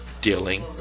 dealing